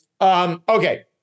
Okay